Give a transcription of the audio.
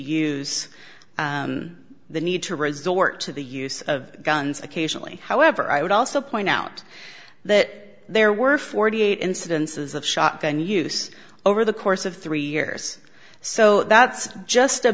use the need to resort to the use of guns occasionally however i would also point out that there were forty eight dollars incidences of shotgun use over the course of three years so that's just a